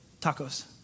tacos